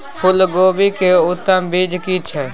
फूलकोबी के उत्तम बीज की छै?